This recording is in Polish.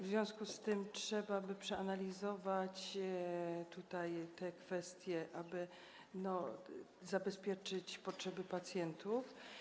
W związku z tym trzeba by przeanalizować te kwestie, aby zabezpieczyć potrzeby pacjentów.